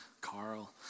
Carl